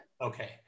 okay